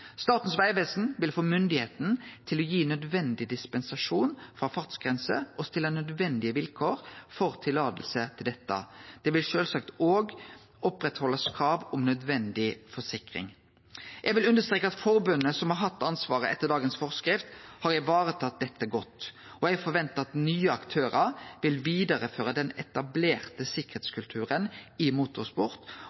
Statens vegvesen vil få myndigheit til å gi nødvendig dispensasjon frå fartsgrenser og stille nødvendige vilkår for å tillate dette. Ein vil sjølvsagt òg oppretthalde krav om nødvendig forsikring. Eg vil understreke at forbundet, som har hatt ansvaret etter dagens forskrift, har varetatt dette godt, og eg forventar at nye aktørar vil vidareføre den etablerte